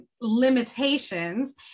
limitations